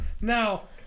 Now